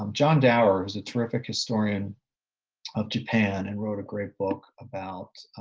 um john dower is a terrific historian of japan and wrote a great book about,